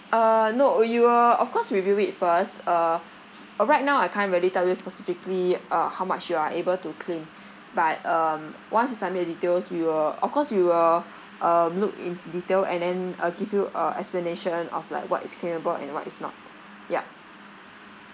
uh no we will of course review it first uh uh right now I can't really tell you specifically uh how much you are able to claim but um once you submit the details we will of course we will um look in detail and then uh give you a explanation of like what is claimable and what is not yup